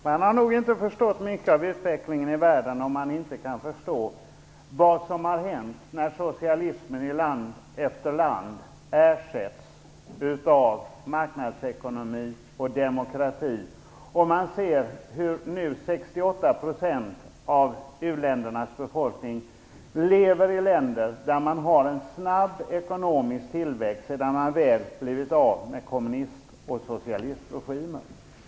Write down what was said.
Herr talman! Man har nog inte förstått mycket av utvecklingen i världen om man inte kan förstå vad som hänt när socialismen i land efter land ersätts av marknadsekonomi och demokrati och man ser hur nu 68 % av u-ländernas befolkning lever i länder där det råder snabb ekonomisk tillväxt sedan man väl blivit av med kommunist eller socialistregimen.